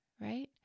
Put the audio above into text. right